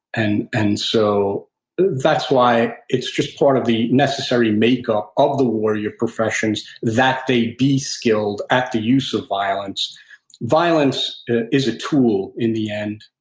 and and so that's why it's just part of the necessary makeup of the warrior professions that they be skilled at the use of violence violence is a tool in the end.